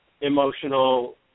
emotional